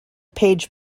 page